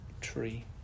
tree